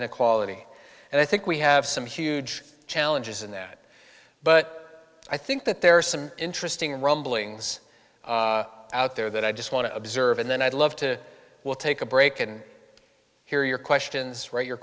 inequality and i think we have some huge challenges in that but i think that there are some interesting rumblings out there that i just want to observe and then i'd love to we'll take a break and hear your questions write your